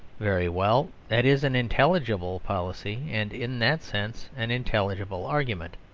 very well. that is an intelligible policy and in that sense an intelligible argument.